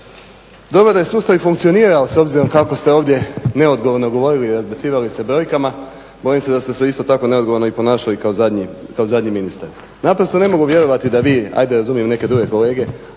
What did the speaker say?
dobro da je sustav i funkcionirao s obzirom kako ste ovdje neodgovorno govorili i razbacivali se brojkama, bojim se da ste se isto tako neodgovorno i ponašali kao zadnji ministar. Naprosto ne mogu vjerovati da vi, ajde razumijem neke druge kolege,